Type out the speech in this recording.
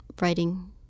writing